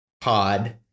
pod